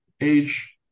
age